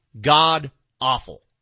god-awful